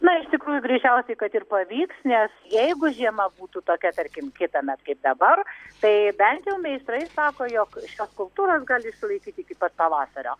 na iš tikrųjų greičiausiai kad ir pavyks nes jeigu žiema būtų tokia tarkim kitąmet kaip dabar tai bent jau meistrai sako jog šios skulptūros gali išsilaikyti iki pat pavasario